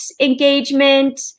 engagement